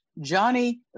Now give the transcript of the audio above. Johnny